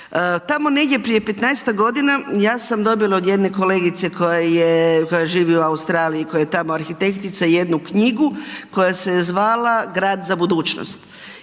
Tamo negdje prije 15-ak godina ja sam dobila od jedne kolegice koja živi u Australiji, koja je tamo arhitektica, jednu knjigu koja se zvala „Grad za budućnost“.